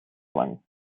wang